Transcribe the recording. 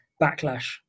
backlash